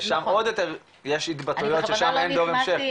ששם עוד יותר אין דור המשך.